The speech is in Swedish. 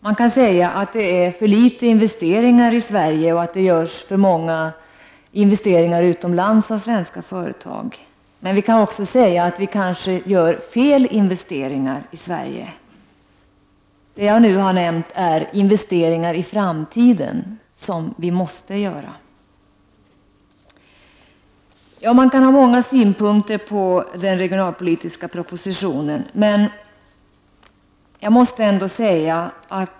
Man kan säga att det är för litet investeringar i Sverige och att svenska företag gör för många investeringar utomlands. Men man kan också säga att vi kanske gör fel investeringar i Sverige. Det jag nu har nämnt är investeringar för framtiden som vi måste göra. Man kan ha många synpunkter på den regionalpolitiska propositionen.